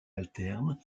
alterne